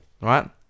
right